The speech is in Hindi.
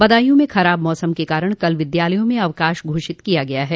बदायू में खराब मौसम के कारण कल विद्यालयों में अवकाश घोषित किया गया है